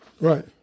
Right